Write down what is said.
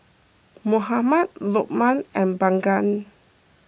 Muhammad Lokman and Bunga